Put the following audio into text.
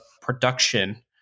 production